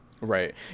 right